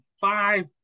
five